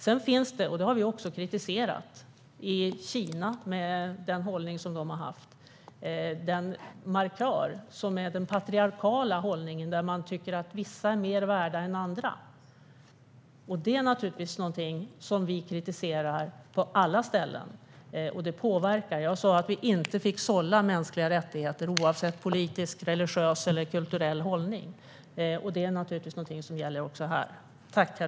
Sedan finns det - det har vi också kritiserat - i Kina, med den hållning man haft där, en markör för den patriarkala hållningen: Man tycker att vissa är mer värda än andra. Det är naturligtvis någonting som vi kritiserar på alla ställen, och det påverkar. Jag sa att vi inte fick sålla mänskliga rättigheter oavsett politisk, religiös eller kulturell hållning. Det är naturligtvis någonting som gäller också här.